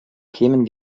kämen